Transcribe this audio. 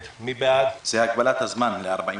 רוב הסתייגות 4 של קבוצת הרשימה